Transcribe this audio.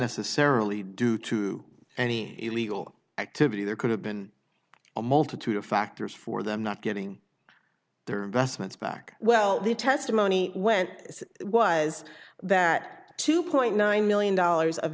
necessarily due to any illegal activity there could have been a multitude of factors for them not getting their investments back well the testimony went was that two point nine million dollars of